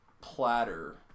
platter